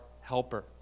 helper